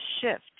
shift